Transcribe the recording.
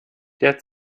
der